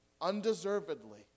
Undeservedly